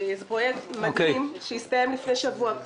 זה פרויקט מדהים שהסתיים עבורי לפני שבוע.